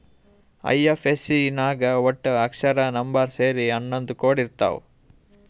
IFSC ನಾಗ್ ವಟ್ಟ ಅಕ್ಷರ, ನಂಬರ್ ಸೇರಿ ಹನ್ನೊಂದ್ ಕೋಡ್ ಇರ್ತಾವ್